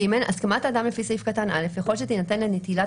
(ג) הסכמת האדם לפי סעיף קטן (א) יכול שתינתן לנטילת